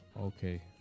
okay